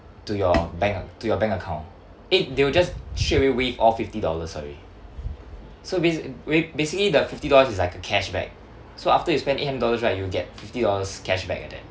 to your bank to your bank account eh they'll just straight away waive off fifty dollar sorry so ba~ wai~ basically the fifty dollars is like a cashback so after you spend eight hundred dollars right you'll get fifty dollars cashback like that